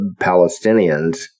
Palestinians